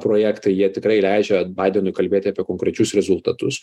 projektai jie tikrai leidžia baidenui kalbėti apie konkrečius rezultatus